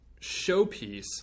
showpiece